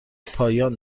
پایان